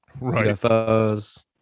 UFOs